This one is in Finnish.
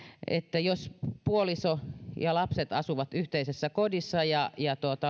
jos puoliso ja lapset asuvat yhteisessä kodissa ja ja